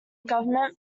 government